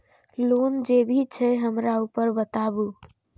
Loan जे भी छे हमरा ऊपर बताबू?